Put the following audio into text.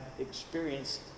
experienced